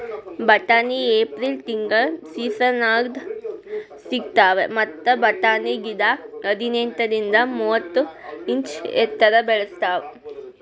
ಬಟಾಣಿ ಏಪ್ರಿಲ್ ತಿಂಗಳ್ ಸೀಸನ್ದಾಗ್ ಸಿಗ್ತಾವ್ ಮತ್ತ್ ಬಟಾಣಿ ಗಿಡ ಹದಿನೆಂಟರಿಂದ್ ಮೂವತ್ತ್ ಇಂಚ್ ಎತ್ತರ್ ಬೆಳಿತಾವ್